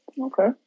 Okay